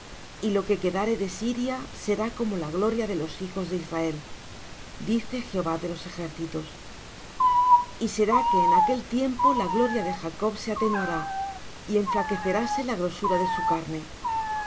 y lo que quedare de siria será como la gloria de los hijos de israel dice jehová de los ejércitos y será que en aquel tiempo la gloria de jacob se atenuará y enflaqueceráse la grosura de su carne